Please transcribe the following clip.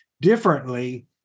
differently